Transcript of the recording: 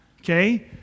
okay